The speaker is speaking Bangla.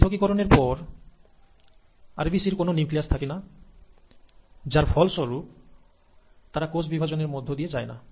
পৃথকীকরণের পর RBC এর কোন নিউক্লিয়াস থাকে না যার ফলস্বরূপ তারা কোষ বিভাজনের মধ্য দিয়ে যায়না